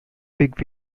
big